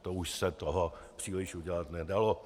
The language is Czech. To už se toho příliš udělat nedalo.